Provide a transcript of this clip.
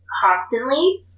constantly